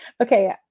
okay